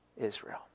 Israel